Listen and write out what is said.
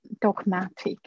dogmatic